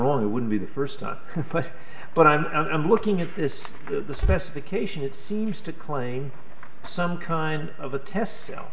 wrong it wouldn't be the first time but i'm looking at this the specification it seems to claim some kind of a test s